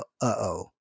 uh-oh